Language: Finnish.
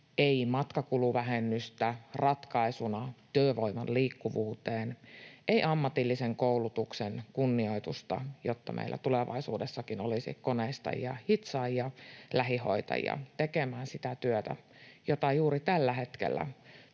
ei matkakuluvähennystä ratkaisuna työvoiman liikkuvuuteen, ei ammatillisen koulutuksen kunnioitusta, jotta meillä tulevaisuudessakin olisi koneistajia, hitsaajia, lähihoitajia tekemään sitä työtä, josta juuri tällä hetkellä